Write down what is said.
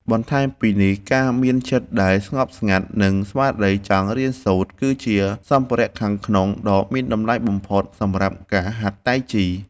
បន្ថែមពីនេះ ការមានចិត្តដែលស្ងប់ស្ងាត់ និងស្មារតីចង់រៀនសូត្រ គឺជាសម្ភារៈខាងក្នុងដ៏មានតម្លៃបំផុតសម្រាប់ការហាត់តៃជី។